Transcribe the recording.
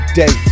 day